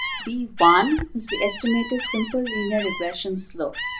b one is the estimated simple linear regression slope,